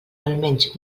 almenys